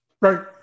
right